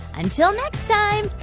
until next time,